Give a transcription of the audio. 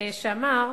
הוא אמר שאנחנו,